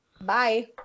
bye